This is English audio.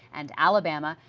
and alabama.